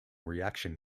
reaction